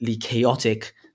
chaotic